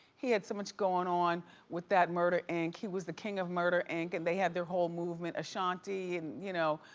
he had so much going on with that murder inc. he was the king of murder inc. and they had their whole movement, ashanti. and you know